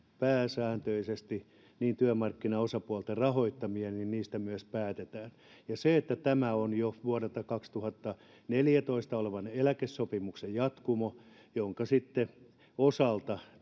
pääsääntöisesti työmarkkinaosapuolten rahoittamia niin niistä siellä myös päätetään ja tämä on jo vuodelta kaksituhattaneljätoista olevan eläkesopimuksen jatkumo jonka osalta